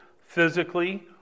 physically